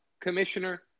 commissioner